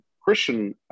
Christian